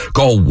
Call